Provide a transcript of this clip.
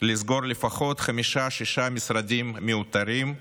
לסגור לפחות חמישה-שישה משרדים מיותרים,